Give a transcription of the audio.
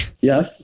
Yes